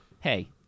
Hey